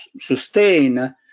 sustain